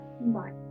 bye